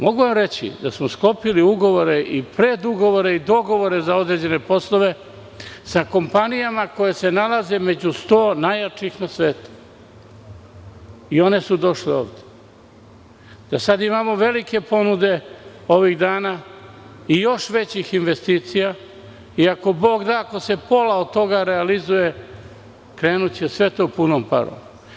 Mogu vam reći da smo sklopili ugovore i predugovore i dogovore za određene poslove sa kompanijama koje se nalaze među 100 najjačih na svetu, i one su došle ovde, da sada imamo velike ponude ovih dana i još većih investicija i ako Bog da, ako se pola od toga realizuje, krenuće sve to punom parom.